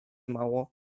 mało